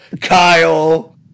Kyle